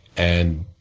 and,